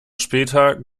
später